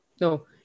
no